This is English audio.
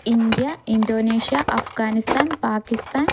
India Indonesia Afghanistan Pakistan